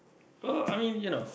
oh I mean you know